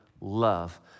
love